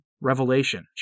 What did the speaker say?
Revelation